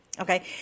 Okay